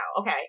Okay